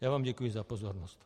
Já vám děkuji za pozornost.